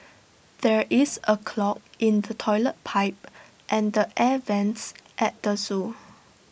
there is A clog in the Toilet Pipe and the air Vents at the Zoo